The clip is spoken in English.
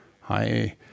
Hi